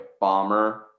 bomber